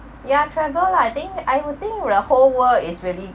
ya travel lah I think I would think the whole world is really